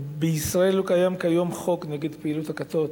בישראל לא קיים כיום חוק נגד פעילות הכתות,